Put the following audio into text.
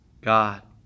God